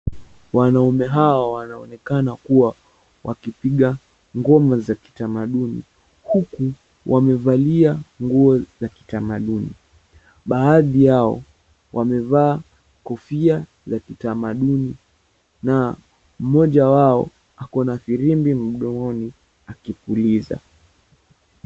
Wanaume hawa wanaonekena kuwa wakipiga ngoma za kitamaduni, huku wamevalia nguo za kitamaduni. Baadhi yao wamevaa kofia za kitamaduni na mmoja wao ako na firimbi mdomoni akipuliza.